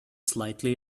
slightly